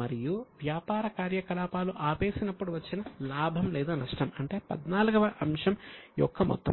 మరియు వ్యాపార కార్యకలాపాలు ఆపేసినప్పుడు వచ్చిన లాభం లేదా నష్టం అంటే XIV వ అంశం యొక్క మొత్తం